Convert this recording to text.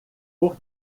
por